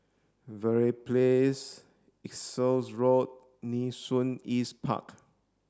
Verde Place Essex Road Nee Soon East Park